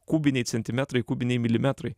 kubiniai centimetrai kubiniai milimetrai